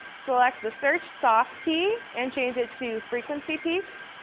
select the search softkey, and change it to frequency peaks,